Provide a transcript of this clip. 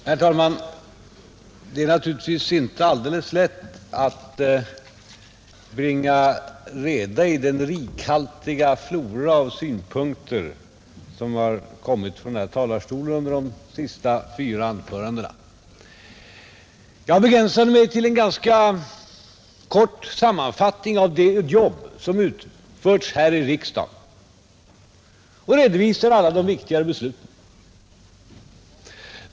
Herr talman! Det är inte alldeles lätt att bringa reda i den rikhaltiga flora av synpunkter som har kommit från den här talarstolen under de senaste fyra anförandena, Jag begränsade mig till en ganska kort sammanfattning av det jobb som utförts här i riksdagen och redovisade alla de viktigare besluten.